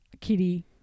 Kitty